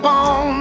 on